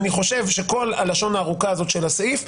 אני חושב שכל הלשון הארוכה הזאת של הסעיף,